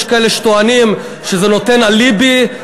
יש כאלה שטוענים שזה נותן אליבי.